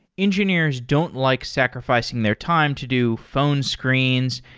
engineers don't like sacrifi cing their time to do phone screens,